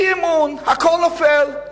אי-אמון, הכול נופל.